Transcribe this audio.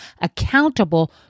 accountable